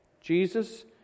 Jesus